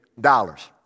dollars